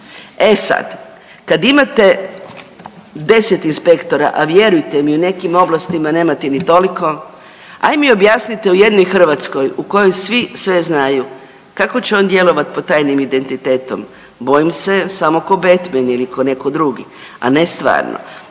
E sada kada imate 10 inspektora, a vjerujte mi u nekim oblastima nemate ni toliko, hajde mi objasnite u jednoj Hrvatskoj u kojoj svi sve znaju kako će on djelovati pod tajnim identitetom? Bojim se samo kao Betmen ili kao netko drugi, a ne stvarno.